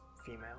Female